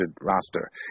roster